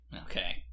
Okay